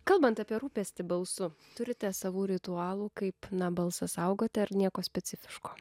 kalbant apie rūpestį balsu turite savų ritualų kaip na balsą saugoti ar nieko specifiško